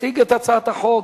יציג את הצעת החוק